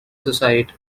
society